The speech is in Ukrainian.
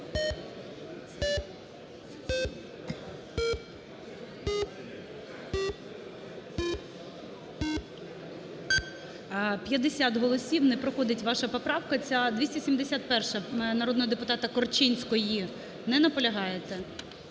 50 голосів. Не проходить ваша поправка ця. 271 народного депутата Корчинської. Не наполягаєте?